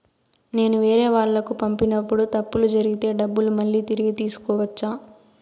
నేను వేరేవాళ్లకు పంపినప్పుడు తప్పులు జరిగితే డబ్బులు మళ్ళీ తిరిగి తీసుకోవచ్చా?